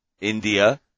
India